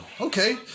Okay